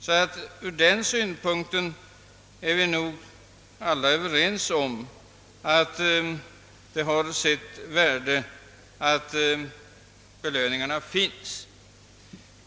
Från den synpunkten är vi nog alla överens om att det har sitt värde att dessa belöningar finns.